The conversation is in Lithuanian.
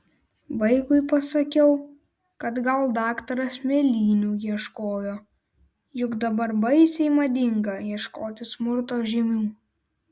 vaikui pasakiau kad gal daktaras mėlynių ieškojo juk dabar baisiai madinga ieškoti smurto žymių